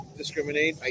discriminate